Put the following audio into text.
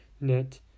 net